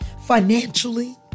financially